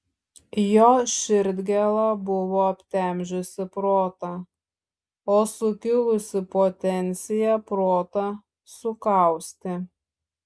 jo širdgėla buvo aptemdžiusi protą o sukilusi potencija protą sukaustė